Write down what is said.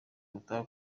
gutaha